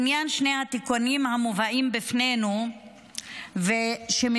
בעניין שני התיקונים המובאים בפנינו שמביאים